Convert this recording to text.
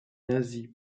nazis